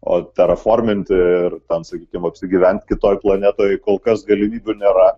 o performinti ir ten sakykime apsigyvent kitoje planetoje kol kas galimybių nėra